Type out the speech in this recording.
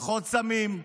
פחות סמים,